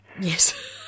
Yes